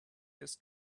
this